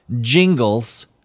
jingles